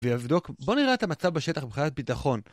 ויבדוק. בוא נראה את המצב בשטח מבחינת ביטחון